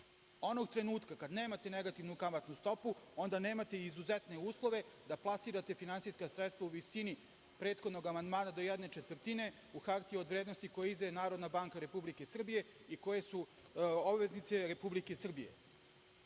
onog trenutka kada nemate negativnu kamatnu stopu, onda nemate izuzetne uslove da plasirate finansijska sredstva u visini prethodnog amandmana do jedne četvrtine u hartiji od vrednosti koji izdaje Narodna banka Republike Srbije i koje su obveznice Republike Srbije,